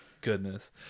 goodness